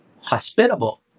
hospitable